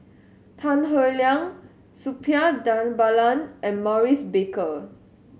Tan Howe Liang Suppiah Dhanabalan and Maurice Baker